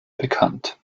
bekannt